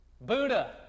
Buddha